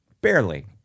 barely